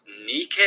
nike